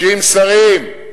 30 שרים,